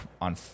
on